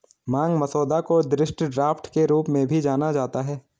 मांग मसौदा को दृष्टि ड्राफ्ट के रूप में भी जाना जाता है